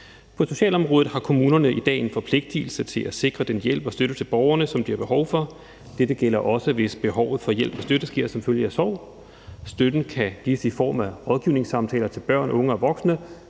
På socialområdet har kommunerne i dag en forpligtelse til at sikre den hjælp og støtte til borgerne, som de har behov for. Dette gælder også, hvis behovet for hjælp og støtte sker som følge af sorg. Støtten kan gives i form af rådgivningssamtaler til børn, unge og voksne.